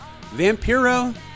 Vampiro